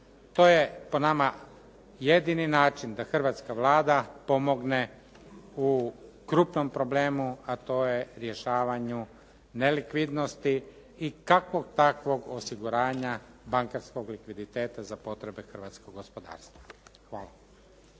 To je po nama jedini način da hrvatska Vlada pomogne u krupnom problemu a to je rješavanju nelikvidnosti i kakvog takvog osiguranja bankarskog likviditeta za potrebe hrvatskog gospodarstva. Hvala.